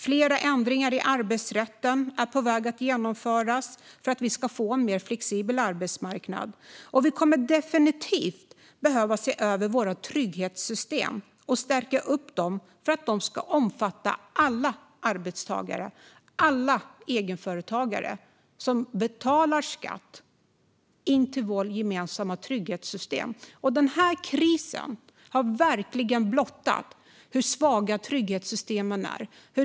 Fler ändringar i arbetsrätten är på väg att genomföras för att vi ska få en mer flexibel arbetsmarknad. Vi kommer definitivt att behöva se över våra trygghetssystem och stärka dem för att de ska omfatta alla arbetstagare och alla egenföretagare som betalar skatt in till våra gemensamma trygghetssystem. Den här krisen har verkligen blottat hur svaga trygghetssystemen är.